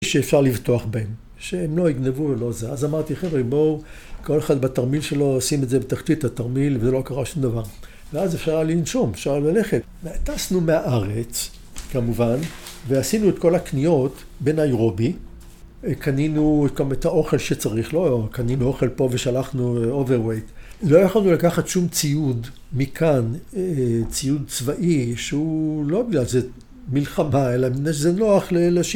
‫שאפשר לבטוח בהם, ‫שהם לא יגנבו ולא עוזר. ‫אז אמרתי, חבר'ה, בואו, ‫כל אחד בתרמיל שלו, ‫שים את זה בתחתית התרמיל, ‫וזה לא קרה שום דבר. ‫ואז אפשר לנשום, אפשר ללכת. ‫טסנו מהארץ, כמובן, ‫ועשינו את כל הקניות בניירובי. ‫קנינו גם את האוכל שצריך לו, ‫קנינו אוכל פה ושלחנו overweight. ‫לא יכולנו לקחת שום ציוד מכאן, ‫ציוד צבאי, שהוא לא בגלל זה מלחמה, ‫אא מפני שזה נוח